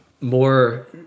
more